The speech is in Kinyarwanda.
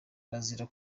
arazira